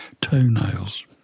toenails